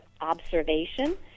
observation